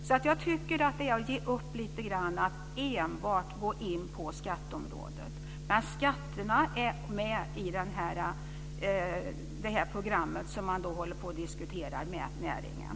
Jag tycker alltså att det är att ge upp lite grann att enbart gå in på skatteområdet. Men skatterna är med i detta program som regeringen håller på att diskutera med näringen.